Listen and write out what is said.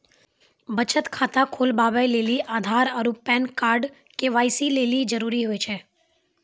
बचत खाता खोलबाबै लेली आधार आरू पैन कार्ड के.वाइ.सी लेली जरूरी होय छै